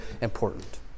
important